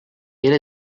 era